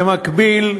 במקביל,